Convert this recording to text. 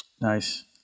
Nice